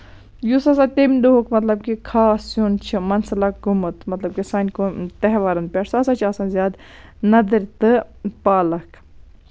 یُس ہسا تَمہِ دۄہُک مطلب کہِ خاص سیُن چھُ مَسلَخ گوٚومُت مطلب کہِ سانہِ قوم تہوارَن پٮ۪ٹھ سُہ سا چھُ آسان زیادٕ نَدٕرۍ تہٕ پالَک